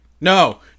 no